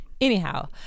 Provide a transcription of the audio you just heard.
Anyhow